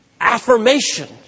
affirmation